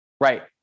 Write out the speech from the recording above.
Right